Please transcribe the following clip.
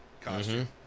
costume